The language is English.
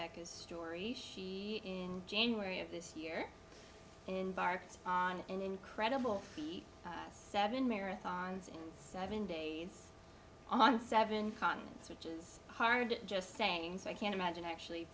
that those stories she in january of this year and barked on an incredible feat seven marathons in seven days on seven continents which is hard just saying so i can't imagine actually